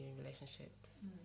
relationships